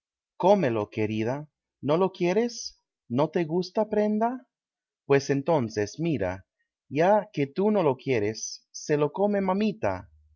cómelo querida no lo quieres no te gusta prenda pues entonces mira ya que tú no lo quieres se lo come mamita